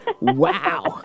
wow